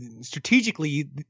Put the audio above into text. strategically